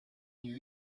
new